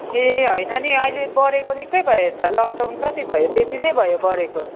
ए होइन नि अहिले बढेको निक्कै भयो त लकडउन कति भयो त्यति नै भयो बढेको